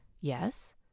yes